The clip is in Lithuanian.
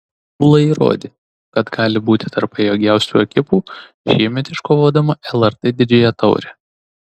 ūla įrodė kad gali būti tarp pajėgiausių ekipų šiemet iškovodama lrt didžiąją taurę